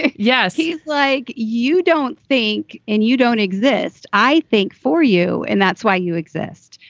yes. he's like, you don't think and you don't exist. i think for you. and that's why you exist.